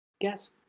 Guess